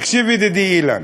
תקשיב, ידידי אילן,